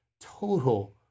total